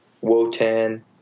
Wotan